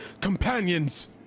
companions